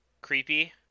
creepy